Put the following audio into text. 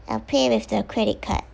I'll pay with the credit card